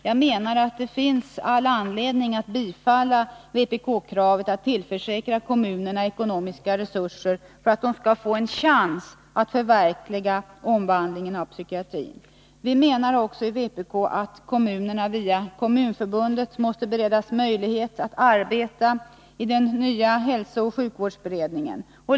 Jag menar att det finns all anledning att bifalla vpk-kravet att tillförsäkra kommunerna ekonomiska resurser för att de skall få en chans att förverkliga omvandlingen av psykiatrin. Vi menar också i vpk att kommunerna via Kommunförbundet måste beredas möjlighet att arbeta i den nya hälsooch sjukvårdsberedningen.